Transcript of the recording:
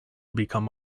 become